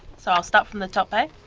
so i'll start from the top. okay.